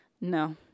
No